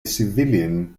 civilian